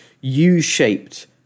U-shaped